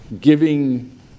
giving